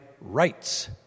rights